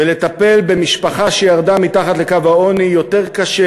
ולטפל במשפחה שירדה מתחת לקו העוני יותר קשה